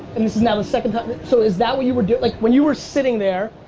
and this is now the second time. so is that what you were doing? like when you were sitting there,